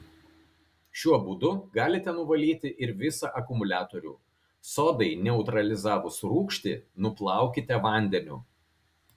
šiuo būdu galite nuvalyti ir visą akumuliatorių sodai neutralizavus rūgštį nuplaukite vandeniu